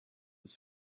have